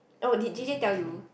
oh did J_J tell you